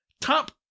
top